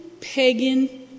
pagan